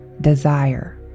desire